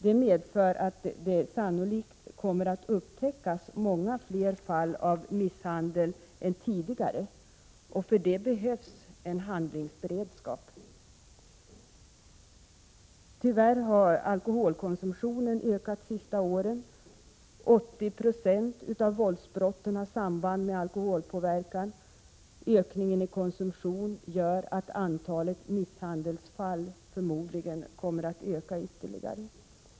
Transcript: Det medför att sannolikt många fler fall av misshandel än tidigare kommer att upptäckas. För detta behövs en handlingsberedskap. Tyvärr har alkoholkonsumtionen ökat de senaste åren — 80 90 av våldsbrotten har samband med alkoholpåverkan. Ökningen av konsumtionen gör att antalet misshandelsfall förmodligen kommer att öka ytterligare.